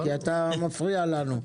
אתה דוקטור.